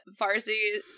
Farsi